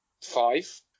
Five